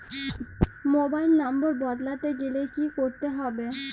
Mobile number বদলাতে গেলে কি করতে হবে?